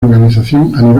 organización